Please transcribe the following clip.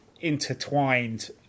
intertwined